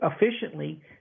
efficiently